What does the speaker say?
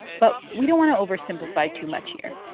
but we don't want to oversimplify too much here.